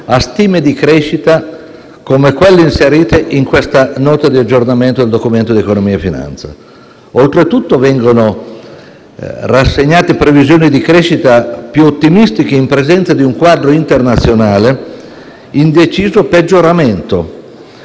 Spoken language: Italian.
ha stime di crescita come quelle inserite in questa Nota di aggiornamento del Documento di economia e finanza. Oltretutto, vengono rassegnate previsioni di crescita più ottimistiche in presenza di un quadro internazionale in deciso peggioramento,